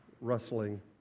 rustling